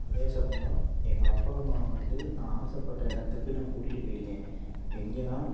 அதே சமயம் எங்கள் அப்பா அம்மாவை வந்து நான் ஆசைப்பட்ட இடத்துக்கு நான் கூட்டிட்டு போயிருக்கேன் எங்கேன்னா